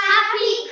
Happy